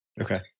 Okay